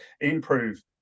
improve